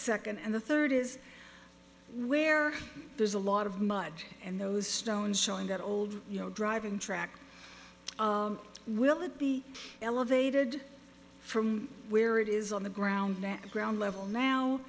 second and the third is where there's a lot of mud and those stones show in that old you know driving track will it be elevated from where it is on the ground that ground level